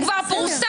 הוא כבר פורסם.